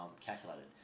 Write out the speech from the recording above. calculated